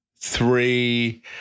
three